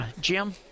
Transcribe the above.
Jim